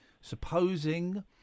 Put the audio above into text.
supposing